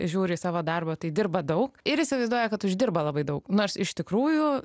žiūri į savo darbą tai dirba daug ir įsivaizduoja kad uždirba labai daug nors iš tikrųjų